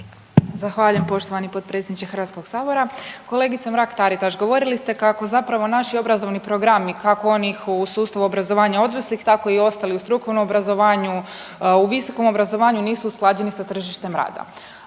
Zahvaljujem poštovani potpredsjedniče HS. Kolegice Mrak-Taritaš, govorili ste kako zapravo naši obrazovni programi kako onih u sustavu obrazovanja odraslih tako i ostali u strukovnom obrazovanju i visokom obrazovanju nisu usklađeni sa tržištem rada.